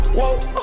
whoa